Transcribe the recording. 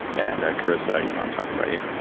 and ah karissa, you know i'm talking about you.